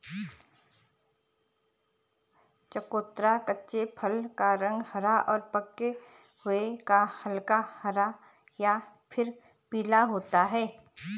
चकोतरा कच्चे फल का रंग हरा और पके हुए का हल्का हरा या फिर पीला होता है